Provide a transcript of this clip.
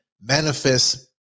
manifest